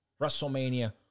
WrestleMania